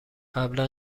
قبلا